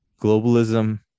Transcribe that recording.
globalism